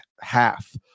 half